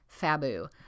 fabu